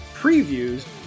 previews